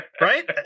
Right